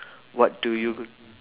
what do you